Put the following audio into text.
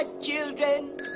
children